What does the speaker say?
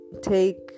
take